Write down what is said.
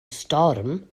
storm